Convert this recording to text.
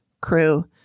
crew